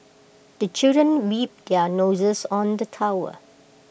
the children their noses on the towel